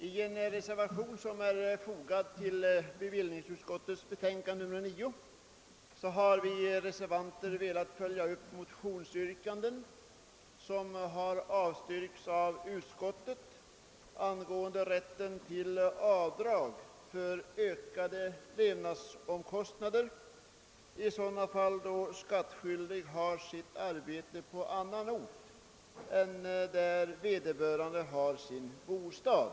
I en reservation som är fogad till bevillningsutskottets betänkande nr 9 har vi reservanter velat följa upp motionsyrkanden angående rätten till avdrag för ökade levnadskostnader i vissa fall då skattskyldig har sitt arbete på annan ort än där vederbörande har sin bostad.